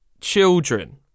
children